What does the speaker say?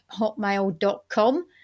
hotmail.com